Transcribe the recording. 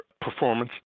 performance